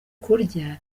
kurya